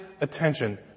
attention